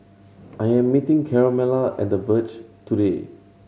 I am meeting Carmella at The Verge today